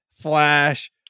flash